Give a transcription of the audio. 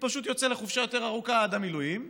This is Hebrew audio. הוא פשוט יוצא לחופשה יותר ארוכה עד המילואים,